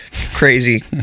crazy